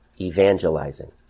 evangelizing